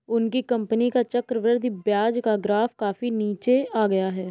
उनकी कंपनी का चक्रवृद्धि ब्याज का ग्राफ काफी नीचे आ गया है